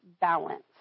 balance